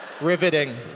Riveting